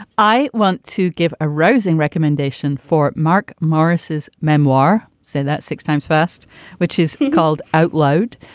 i want to give a rousing recommendation for mark morris's memoir. say that six times first which is called outloud.